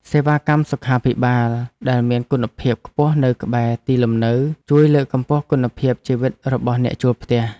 សេវាកម្មសុខាភិបាលដែលមានគុណភាពខ្ពស់នៅក្បែរទីលំនៅជួយលើកកម្ពស់គុណភាពជីវិតរបស់អ្នកជួលផ្ទះ។